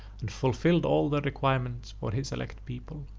and fulfilled all their requirements for his elect people,